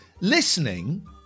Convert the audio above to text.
listening